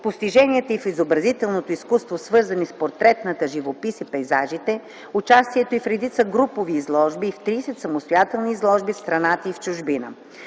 постиженията ù в изобразителното изкуство, свързани с портретната живопис и пейзажите, участието ù в редица групови изложби и в 30 самостоятелни изложби в страната и чужбина.